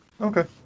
Okay